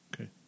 Okay